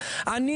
זה הדיון בעיניי,